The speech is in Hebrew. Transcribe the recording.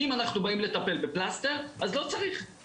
אם אנחנו באים לטפל בפלסטר, אז לא צריך.